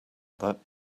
that